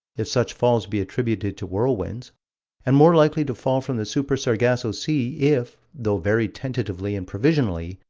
if such falls be attributed to whirlwinds and more likely to fall from the super-sargasso sea if, though very tentatively and provisionally,